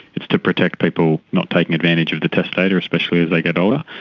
it is to protect people not taking advantage of the testator, especially as they get older.